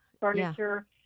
furniture